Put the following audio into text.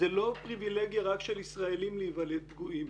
זו לא פריבילגיה רק של ישראלים להיוולד פגועים.